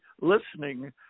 listening